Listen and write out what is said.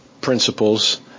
principles